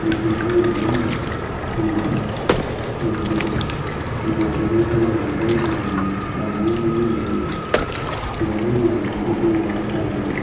ꯐꯪꯁꯟꯁꯨ ꯌꯥꯝ ꯂꯨꯝꯕ ꯑꯗꯩꯗꯤ ꯐꯣꯟꯁꯤ ꯅꯨꯡꯉꯥꯏꯒꯗ꯭ꯔꯥ ꯈꯜꯂꯒ ꯂꯧꯖꯔꯨꯕꯅꯦ ꯐꯣꯟꯁꯤ ꯃꯃꯤꯡꯗꯤ ꯔꯤꯑꯦꯜꯃꯤ ꯅꯥꯔꯖꯣ ꯇ꯭ꯋꯦꯟꯇꯤ ꯑꯦ ꯍꯥꯏꯇꯥꯔꯦ ꯑꯗꯣ